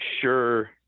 sure